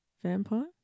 vampire